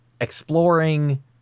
exploring